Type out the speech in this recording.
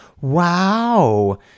Wow